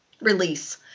release